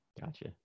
gotcha